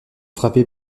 frappé